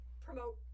promote